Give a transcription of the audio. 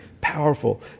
powerful